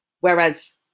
whereas